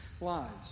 lives